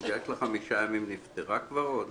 הסוגיה של חמישה ימים נפתרה כבר או לא?